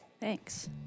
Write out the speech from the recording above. Thanks